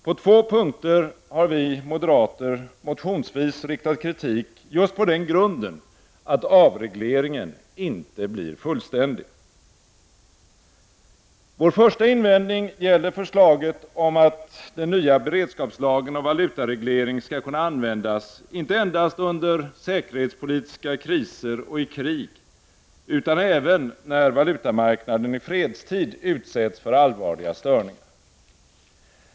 På två punkter har vi moderater motionsvis riktat kritik just på den grunden att avregleringen inte blir fullständig. Vår första invändning gäller förslaget att den nya beredskapslagen om valutareglering skall kunna användas inte endast under säkerhetspolitiska kriser och i krig utan även när valutamarknaden i fredstid utsätts för allvarliga störningar.